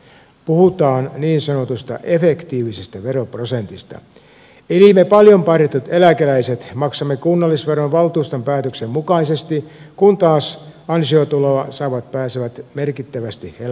puhutaan niin sanotusta efektiivisestä veroprosentista eli me paljon parjatut eläkeläiset maksamme kunnallisveroa valtuuston päätöksen mukaisesti kun taas ansiotuloa saavat pääsevät merkittävästi helpommalla